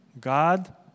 god